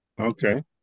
Okay